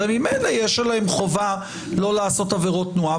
הרי, ממילא יש עליהם חובה לא לעשות עבירות תנועה.